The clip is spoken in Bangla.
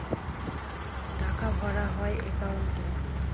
টাকা ভরা হয় একাউন্টে